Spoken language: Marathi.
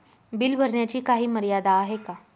बिल भरण्याची काही मर्यादा आहे का?